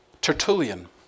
Tertullian